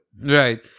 Right